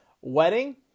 wedding